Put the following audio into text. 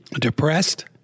Depressed